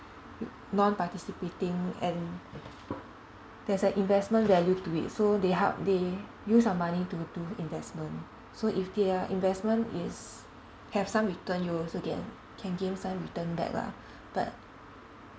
non-participating and there's an investment value to it so they help they use some money to do investment so if their investment is have some return you will also get can gain some return back lah but